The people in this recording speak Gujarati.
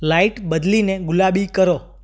લાઈટ બદલીને ગુલાબી કરો